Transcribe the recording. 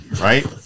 right